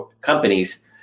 companies